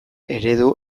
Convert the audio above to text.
eredu